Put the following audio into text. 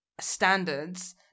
standards